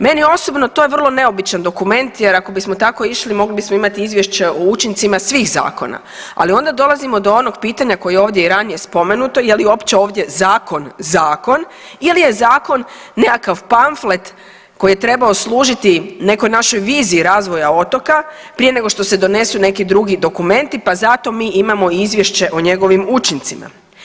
Meni osobno to je vrlo neobičan dokument, jer ako bismo tako išli mogli bismo imati izvješće o učincima svih zakona ali onda dolazimo do onog pitanja koje je ovdje i ranije spomenuto, je li ovdje uopće zakon ili je zakon nekakav pamflet koji je trebao služiti nekoj našoj viziji razvoja otoka prije nego što se donesu neki drugi dokumenti, pa zato mi imamo izvješće o njegovim učincima.